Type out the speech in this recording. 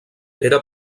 era